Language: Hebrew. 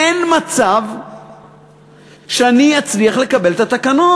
אין מצב שאני אצליח לקבל את התקנות.